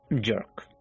Jerk